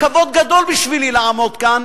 וכבוד גדול בשבילי לעמוד כאן